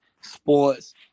sports